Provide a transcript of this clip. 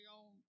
on